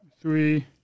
three